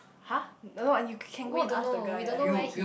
!huh! you can go and ask the guy ah I don't know